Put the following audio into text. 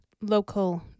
local